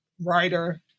writer